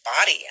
body